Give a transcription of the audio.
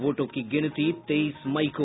वोटों की गिनती तेईस मई को